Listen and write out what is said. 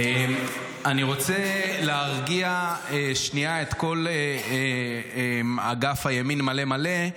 אני רוצה להרגיע שנייה את כל אגף הימין מלא-מלא.